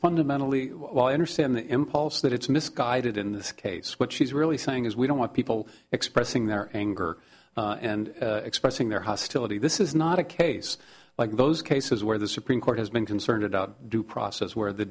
fundamentally while i understand the impulse that it's misguided in this case what she's really saying is we don't want people expressing their anger and expressing their hostility this is not a case like those cases where the supreme court has been concerned about due process where the